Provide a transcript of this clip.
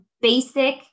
basic